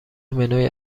منوی